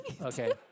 Okay